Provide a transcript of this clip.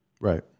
Right